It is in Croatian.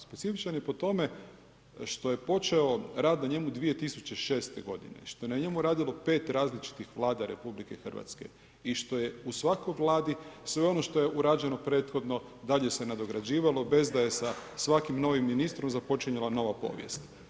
Specifičan je po tome što je počeo rad na njemu 2006. g., što je na njemu radilo 5 različitih vlada RH i što je u svakoj vladi sve ono šti je urađeno prethodno, dalje se nadograđivalo bez da je sa svakim novim ministrom započinjala nova povijest.